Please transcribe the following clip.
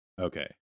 Okay